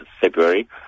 February